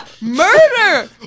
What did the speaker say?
murder